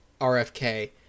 RFK